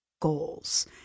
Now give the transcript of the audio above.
goals